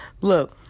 Look